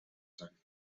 sein